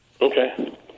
Okay